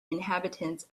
inhabitants